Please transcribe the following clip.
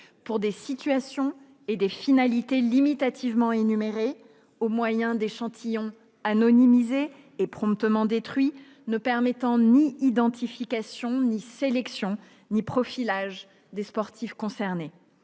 pour des situations et des finalités limitativement énumérées ; mise en oeuvre au moyen d'échantillons anonymisés et promptement détruits, ne permettant ni identification, ni sélection, ni profilage des sportifs concernés.